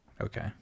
Okay